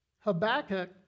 Habakkuk